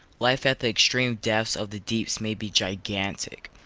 life at the extreme depths of the depths may be gigantic.